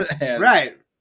Right